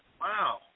wow